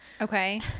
Okay